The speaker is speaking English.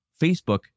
Facebook